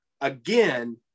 again